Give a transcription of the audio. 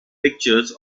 pictures